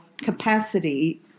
capacity